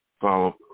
follow